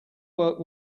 work